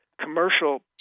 commercial